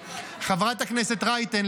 חברת הכנסת רייטן,